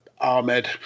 Ahmed